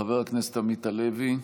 חבר הכנסת עמית הלוי,